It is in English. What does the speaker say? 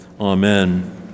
Amen